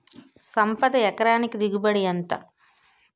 సంపద ఎకరానికి దిగుబడి ఎంత?